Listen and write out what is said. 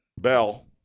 Bell